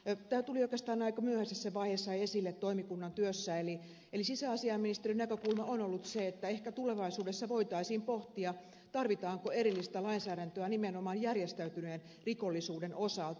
tämä tuli oikeastaan aika myöhäisessä vaiheessa esille toimikunnan työssä eli sisäasiainministeriön näkökulma on ollut se että ehkä tulevaisuudessa voitaisiin pohtia tarvitaanko erillistä lainsäädäntöä nimenomaan järjestäytyneen rikollisuuden osalta